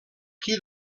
qui